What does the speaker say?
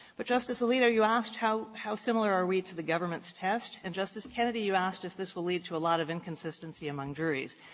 but, justice alito, you asked how how similar are we to the government's test? and, justice kennedy, you asked if this will lead to a lot of inconsistency among juries.